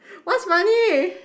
what's funny